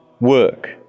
Work